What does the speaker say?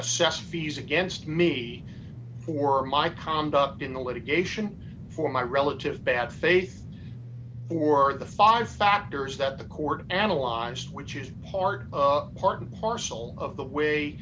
assess fees against me for my conduct in the litigation for my relative bad faith or the five factors that the court analyzed which is part of part and parcel of the